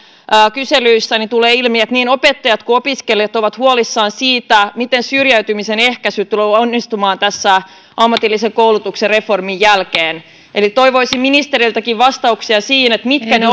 kyselyissä tulee ilmi että niin opettajat kuin opiskelijatkin ovat huolissaan siitä miten syrjäytymisen ehkäisy tulee onnistumaan tämän ammatillisen koulutuksen reformin jälkeen toivoisin ministereiltäkin vastauksia siihen mitkä ne